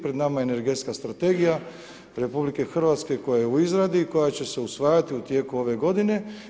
Pred nama je energetska strategija RH koja je u izradi, koja će se usvajati u tijeku ove godine.